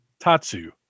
Tatsu